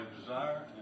desire